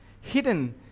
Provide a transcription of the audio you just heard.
hidden